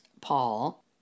Paul